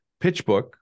PitchBook